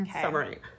summary